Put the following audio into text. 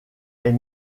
est